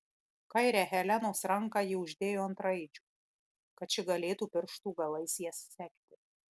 kairę helenos ranką ji uždėjo ant raidžių kad ši galėtų pirštų galais jas sekti